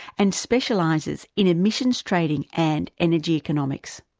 and specialises in emissions trading and energy economics.